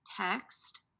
text